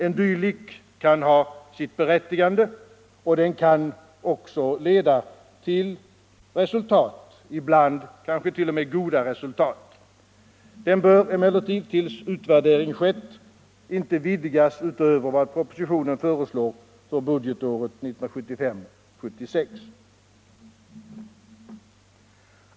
En dylik kan ha sitt berättigande, och den kan också leda till resultat, ibland kanske t.o.m. goda resultat. Den bör emellertid, tills utvärdering skett, inte vidgas utöver vad propositionen föreslår för budgetåret 1975/76.